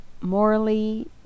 morally